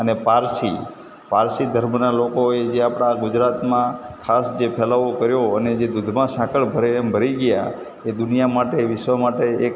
અને પારસી પારસી ધર્મના લોકોએ જે આપણા ગુજરાતમાં ખાસ જે ફેલાવો કર્યો અને જે દૂધમાં સાકર ભળે એમ ભળી ગયા એ દુનિયા માટે વિશ્વ માટે એક